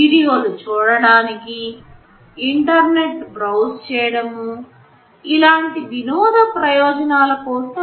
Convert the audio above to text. video లు చూడడానికి అంతర్జాలము బ్రౌజ్ చేయడం ఇలాంటి వినోద ప్రయోజనాల కోసం